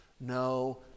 no